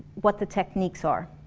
what the techniques are.